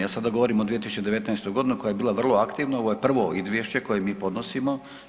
Ja sada govorim o 2019. godini koja je bila vrlo aktivna, ovo je prvo izvješće koje mi podnosimo.